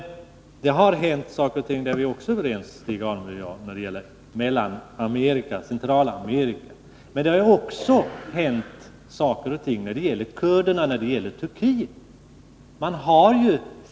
Men det har hänt saker och ting — det är vi också överens om, Stig Alemyr och jag — när det gäller Centralamerika. Det har även hänt saker och ting som rör kurderna och Turkiet.